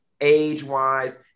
age-wise